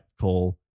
call